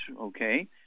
okay